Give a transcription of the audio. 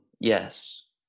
Yes